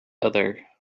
other